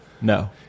No